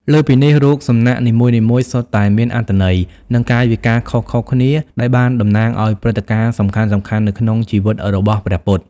លើសពីនេះ រូបសំណាកនីមួយៗសុទ្ធតែមានអត្ថន័យ និងកាយវិការខុសៗគ្នាដែលបានតំណាងឱ្យព្រឹត្តិការណ៍សំខាន់ៗនៅក្នុងជីវិតរបស់ព្រះពុទ្ធ។